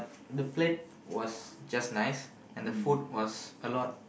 the plate was just nice and the food was a lot